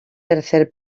tercer